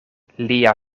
lia